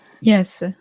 Yes